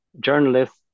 journalists